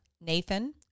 Nathan